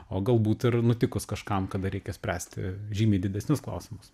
o galbūt ir nutikus kažkam kada reikia spręsti žymiai didesnius klausimus